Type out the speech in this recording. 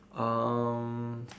um